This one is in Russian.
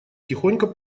тихонько